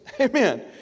Amen